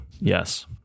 yes